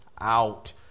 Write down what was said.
out